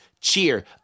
cheer